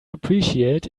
appreciate